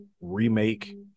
remake